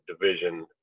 division